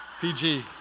PG